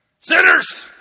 Sinners